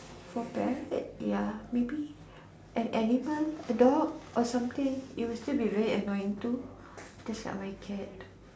for parrot ya maybe an animal a dog or something it will still be very annoying too just like my cat